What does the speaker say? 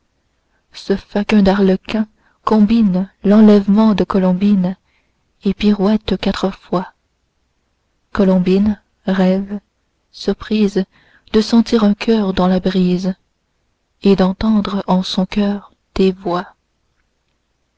ce faquin d'arlequin combine l'enlèvement de colombine et pirouette quatre fois colombine rêve surprise de sentir un coeur dans la brise et d'entendre en son coeur des voix